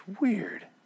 weird